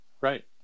Right